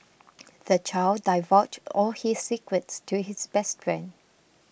the child divulged all his secrets to his best friend